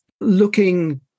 Looking